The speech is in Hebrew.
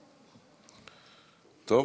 טוב,